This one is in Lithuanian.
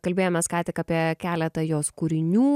kalbėjomės ką tik apie keletą jos kūrinių